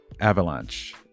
Avalanche